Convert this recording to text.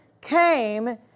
came